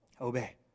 obey